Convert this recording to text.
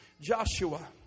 Joshua